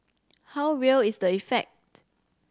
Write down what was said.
how real is the effect